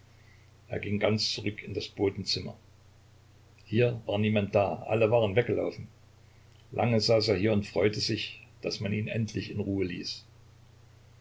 er ging ganz zurück in das botenzimmer hier war niemand da alle waren weggelaufen lange saß er hier und freute sich daß man ihn endlich in ruhe ließ